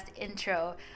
intro